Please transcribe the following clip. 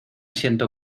siento